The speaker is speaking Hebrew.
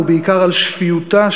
ובעיקר על שפיותה,